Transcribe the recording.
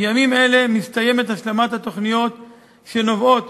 בימים אלה מסתיימת השלמת התוכניות שנובעות